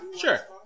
Sure